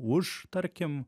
už tarkim